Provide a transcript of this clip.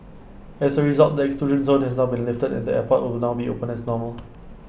as A result the exclusion zone has now been lifted and the airport will now be open as normal